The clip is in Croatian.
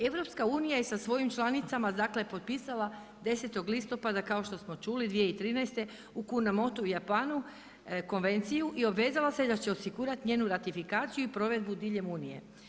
EU je sa svojim članicama dakle potpisala 10. listopada kao što smo čuli 2013. u Kunamotu u Japanu konvenciju i obvezala se da će osigurati njenu ratifikaciju i provedbu diljem Unije.